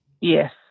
Yes